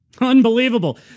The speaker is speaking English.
Unbelievable